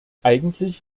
eigentlich